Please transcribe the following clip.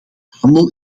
handel